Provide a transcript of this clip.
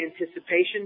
anticipation